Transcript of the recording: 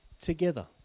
together